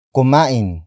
Kumain